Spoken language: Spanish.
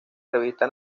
revista